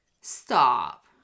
Stop